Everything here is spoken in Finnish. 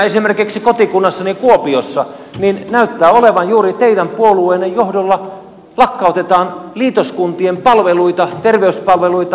esimerkiksi kotikunnassani kuopiossa näyttää olevan juuri teidän puolueenne johdolla niin että lakkautetaan liitoskuntien palveluita terveyspalveluita